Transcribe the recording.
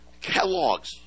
catalogs